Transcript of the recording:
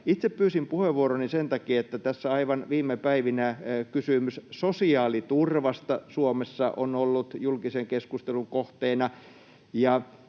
Itse pyysin puheenvuoroni sen takia, että tässä aivan viime päivinä kysymys sosiaaliturvasta Suomessa on ollut julkisen keskustelun kohteena.